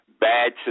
Bad